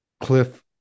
Cliff